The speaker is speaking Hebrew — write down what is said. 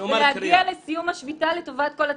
ולהגיע לסיום השביתה לטובת כל הצדדים,